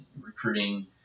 recruiting